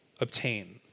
obtain